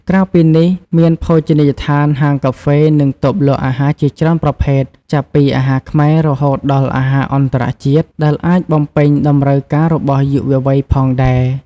ក្រៅពីនេះ មានភោជនីយដ្ឋាន ហាងកាហ្វេ និងតូបលក់អាហារជាច្រើនប្រភេទ ចាប់ពីអាហារខ្មែរ រហូតដល់អាហារអន្តរជាតិ ដែលអាចបំពេញតម្រូវការរបស់យុវវ័យផងដែរ។